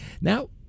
Now